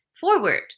forward